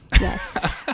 yes